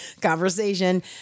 conversation